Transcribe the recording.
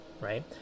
right